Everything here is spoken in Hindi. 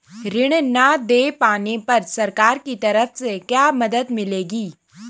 ऋण न दें पाने पर सरकार की तरफ से क्या मदद मिलेगी?